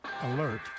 Alert